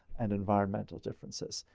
and environmental differences.